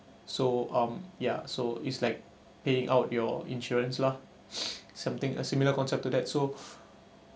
so um ya so is like paying out your insurance lah something a similar concept to that so